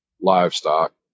livestock